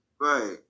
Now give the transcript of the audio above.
Right